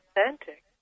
authentic